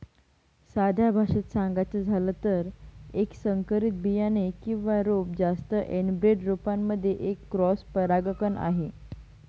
साध्या भाषेत सांगायचं झालं तर, एक संकरित बियाणे किंवा रोप जास्त एनब्रेड रोपांमध्ये एक क्रॉस परागकण आहे